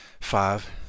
five